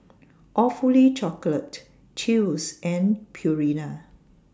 Awfully Chocolate Chew's and Purina